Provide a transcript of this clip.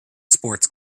sports